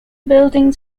buildings